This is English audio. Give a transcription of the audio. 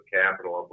capital